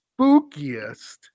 spookiest